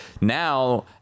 Now